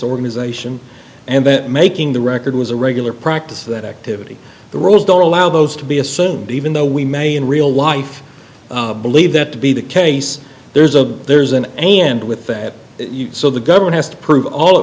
organization and that making the record was a regular practice of that activity the rules don't allow those to be assumed even though we may in real life believe that to be the case there's a there's an a and with that so the government has to prove all